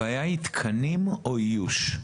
הבעיה היא תקנים או איוש?